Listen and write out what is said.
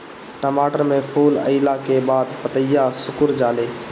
टमाटर में फूल अईला के बाद पतईया सुकुर जाले?